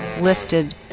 listed